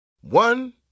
One